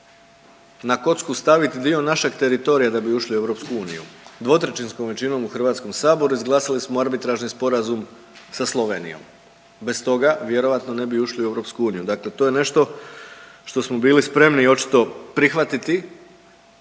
na kocku stavit dio našeg teritorija da bi ušli u EU, dvotrećinskom većinom u HS izglasali smo arbitražni sporazum sa Slovenijom, bez toga vjerojatno ne bi ušli u EU, dakle to je nešto što smo bili spremni očito prihvatiti,